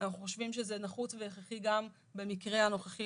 אנחנו חושבים שזה נחוץ והכרחי לעשות את זה גם במקרה הנוכחי.